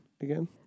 again